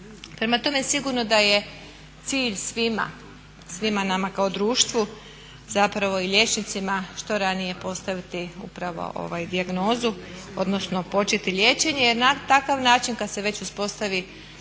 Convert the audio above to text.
Prema tome, sigurno da je cilj svima nama kao društvu zapravo i liječnicima što ranije postaviti upravo ovaj dijagnozu odnosno početi liječenje jer na takav način kad se već uspostavi